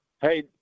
Hey